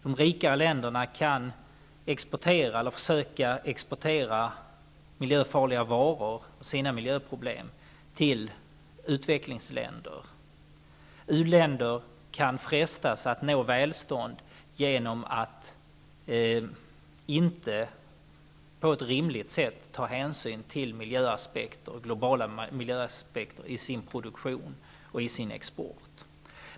De rika länderna kan försöka exportera miljöfarliga varor och sina miljöproblem till utvecklingsländer. U-länder kan frestas att nå välstånd genom att inte ta hänsyn till globala miljöaspekter på ett rimligt sätt i sin produktion och i sin export.